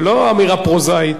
זו לא אמירה פרוזאית.